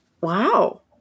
Wow